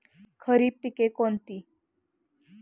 खरीप पिके कोणती?